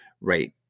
right